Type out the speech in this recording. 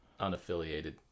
unaffiliated